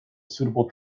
suitable